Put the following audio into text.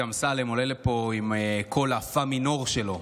אמסלם עולה לפה עם קול הפה מינור שלו,